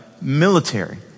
military